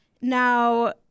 now